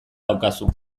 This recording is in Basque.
daukazu